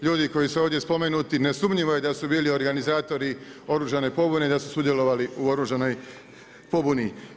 Ljudi koji su ovdje spomenuti nesumnjivo je da su bili organizatori oružane pobune i da su sudjelovali u oružanoj pobuni.